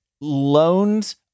loans